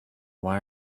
why